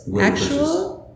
actual